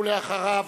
אחריו,